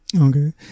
Okay